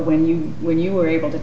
when you when you were able to